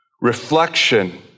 Reflection